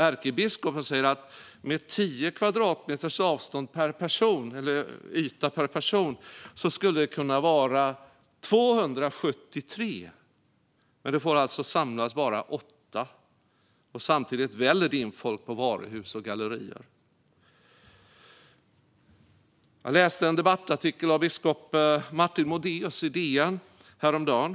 Ärkebiskopen säger att med 10 kvadratmeters yta per person skulle det kunna vara 273 personer där, men det får alltså bara samlas 8 personer. Samtidigt väller det in folk i varuhus och gallerior. Jag läste en debattartikel av biskop Fredrik Modéus i DN häromdagen.